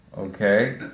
Okay